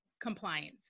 compliance